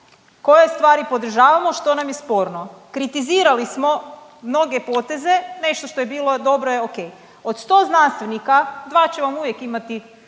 koje stvari podržavamo, što nam je sporno. Kritizirali smo mnoge poteze, nešto što je bilo dobro je ok. Od 100 znanstvenika, dva će vam uvijek imati